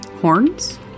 horns